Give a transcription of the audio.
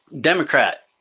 Democrat